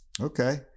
Okay